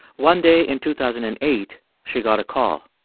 one day in two thousand and eight, she got a call.